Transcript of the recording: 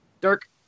Dirk